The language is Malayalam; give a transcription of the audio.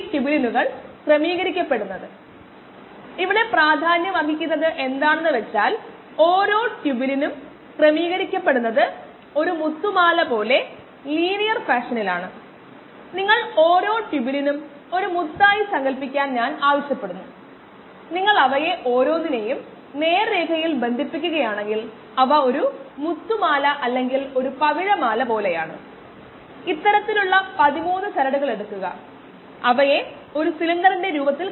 ബാച്ച് വളർച്ചയിൽ ലിറ്ററിന് 4 ഗ്രാം എത്താൻ ആവശ്യമായ സമയമാണ് ഇവിടെ ഒരു ഭാഗം